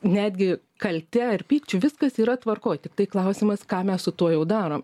netgi kalte ir pykčiu viskas yra tvarkoj tiktai klausimas ką mes su tuo jau darom